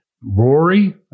Rory